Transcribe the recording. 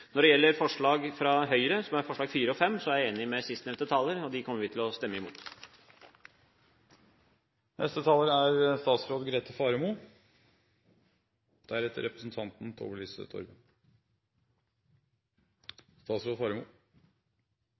Når det gjelder forslagene nr. 4 og 5, fra Høyre, er jeg enig med sistnevnte taler. De kommer vi til å stemme imot.